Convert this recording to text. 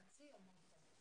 חצי מהמענק, אמרת.